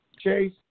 Chase